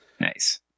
Nice